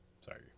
Sorry